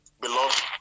Beloved